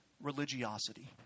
religiosity